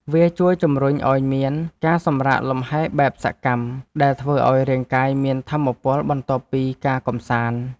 វាជួយជំរុញឱ្យមាន ការសម្រាកលម្ហែបែបសកម្ម ដែលធ្វើឱ្យរាងកាយមានថាមពលបន្ទាប់ពីការកម្សាន្ត។